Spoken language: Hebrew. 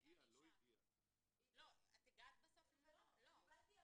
לא מנהלת איתך את השיחה עכשיו של כמה אחוזים זכאית הילדה